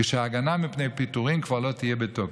כשההגנה מפני פיטורים כבר לא תהיה בתוקף,